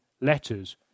letters